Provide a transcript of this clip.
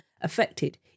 affected